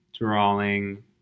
Drawing